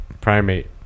primate